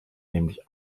nämlich